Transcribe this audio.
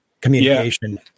communication